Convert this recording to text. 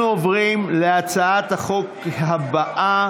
אנחנו עוברים להצעת החוק הבאה,